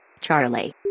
Charlie